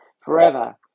forever